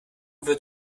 wird